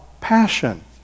Passion